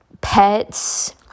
pets